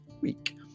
week